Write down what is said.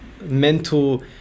mental